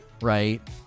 right